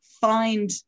find